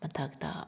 ꯃꯊꯛꯇ